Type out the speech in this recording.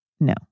No